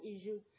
issue